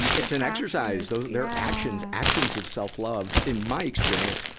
it's an exercise. those, they're actions, actions of self-love, in my experience,